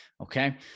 Okay